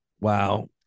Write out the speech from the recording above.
wow